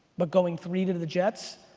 but going three to the jets,